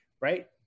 Right